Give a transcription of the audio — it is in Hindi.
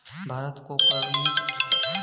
भारत को करमुक्त क्षेत्र बनाने से अत्यधिक लाभ होगा